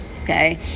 okay